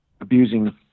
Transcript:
abusing